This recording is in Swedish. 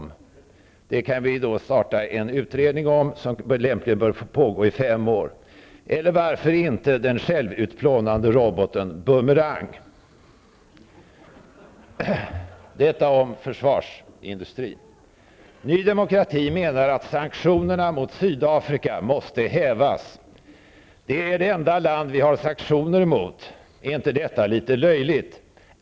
Om detta kan vi starta en utredning, som lämpligen bör pågå i fem år. Eller varför inte satsa på den självutplånande roboten Bumerang? Detta om försvarsindustrin. Ny Demokrati menar att sanktionerna mot Sydafrika måste hävas. Sydafrika är det enda land vi har sanktioner mot. Är inte detta litet löjligt?